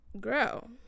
girl